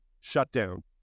shutdown